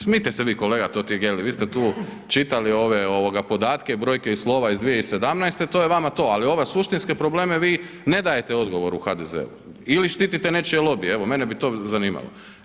Smijte se vi kolega Totgergeli, vi ste tu čitali ove podatke, brojke i slova iz 2017., to je vama to ali ova suštinske probleme vi ne dajte odgovore u HDZ-u ili štitite nečije lobije, evo mene bi to zanimalo.